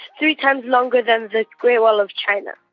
three times longer than the great wall of china.